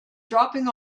dropping